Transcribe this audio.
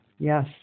Yes